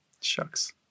shucks